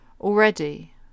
Already